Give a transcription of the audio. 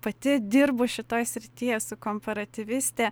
pati dirbu šitoj srity esu komparatyvistė